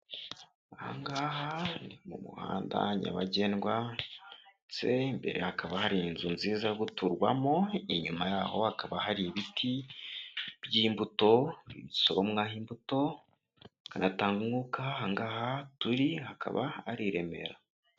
Aha ngaha ni mu muhanda nyabagendwa ndetse imbere hakaba hari inzu nziza yo guturwamo, inyuma yaho hakaba hari ibiti by'imbuto bisoromwaho imbuto hanatanga umwuka, aha ngaha turi hakaba ari i Remera.